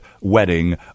wedding